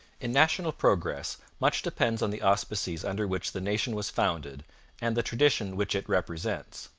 in national progress much depends on the auspices under which the nation was founded and the tradition which it represents.